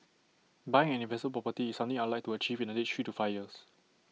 buying an invest property is something I'd like to achieve in the next three to five years